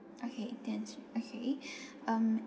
okay then okay um